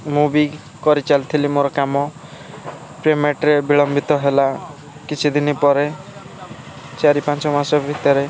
ମୁଁ ବି କରିଚାଲି ଥିଲି ମୋର କାମ ପେମେଣ୍ଟ୍ରେ ବିଳମ୍ବିତ ହେଲା କିଛି ଦିନ ପରେ ଚାରି ପାଞ୍ଚ ମାସ ଭିତରେ